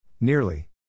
Nearly